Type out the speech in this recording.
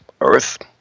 Earth